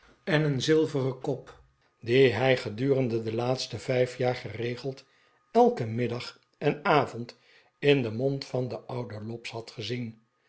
en een zilveren kop die hij gedurende de laatste vijf jaar geregeld elken middag en avond in den mond van den ouden lobbs had gezien